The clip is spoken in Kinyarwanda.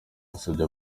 yasabye